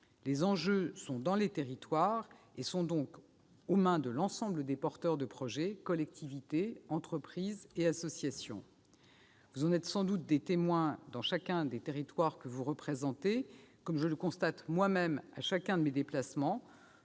Les enjeux sont dans les territoires et sont donc aux mains de l'ensemble des porteurs de projet, collectivités, entreprises et associations. Vous en êtes sans doute les témoins dans chacun des territoires que vous représentez, comme je le constate moi-même à chacun de mes déplacements